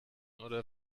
oder